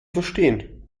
verstehen